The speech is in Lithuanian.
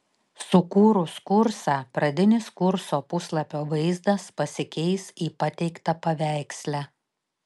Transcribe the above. sukūrus kursą pradinis kurso puslapio vaizdas pasikeis į pateiktą paveiksle